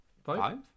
Five